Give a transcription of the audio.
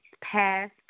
past